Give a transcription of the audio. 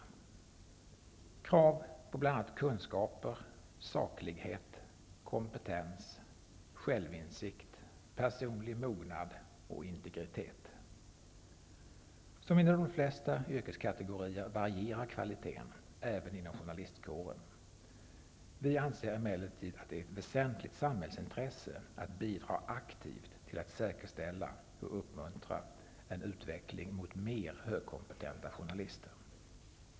Det ställer krav på bl.a. kunskaper, saklighet, kompetens, självinsikt, personlig mognad och integritet. Som inom de flesta yrkeskategorier varierar kvaliteten även inom journalistkåren. Vi anser det emellertid vara ett väsentligt samhällsintresse att bidra aktivt till att säkerställa och uppmuntra en utveckling mot mer högkompetena journalister.